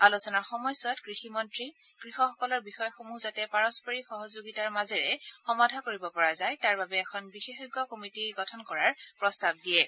আলোচনাৰ সময়চোৱাত কৃষিমন্ত্ৰী কৃষকসকলৰ বিষয়সমূহ যাতে পাৰস্পৰিক সহযোগিতাৰ মাজেৰে সমাধা কৰিব পৰা যায় তাৰ বাবে এখন বিশেষজ্ঞ কমিটি গঠন কৰাৰ প্ৰস্তাৱ দিয়ে